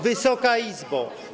Wysoka Izbo!